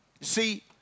See